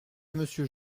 monsieur